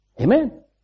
Amen